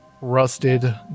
rusted